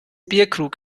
bierkrug